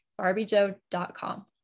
barbiejoe.com